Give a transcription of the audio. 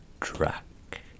track